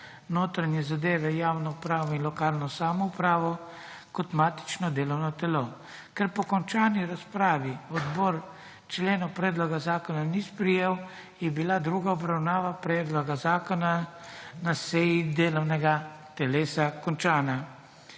notranje zadeve, javno upravo in lokalno samoupravo kot matično delovno telo. Ker po končani razpravi odbor členov predloga zakona ni sprejel je bila druga obravnava predloga zakona na seji delovnega telesa končana.